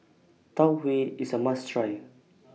Tau Huay IS A must Try